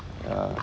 ya